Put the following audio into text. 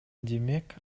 демек